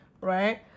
Right